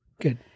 Good